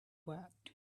wept